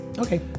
Okay